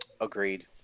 Agreed